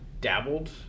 dabbled